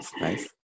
nice